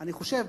אני חושב,